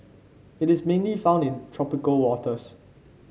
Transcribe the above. it is mainly found in tropical waters